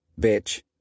bitch